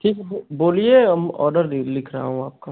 ठीक है सर बोलिए ऑर्डर दे लिख रहा हूँ आपका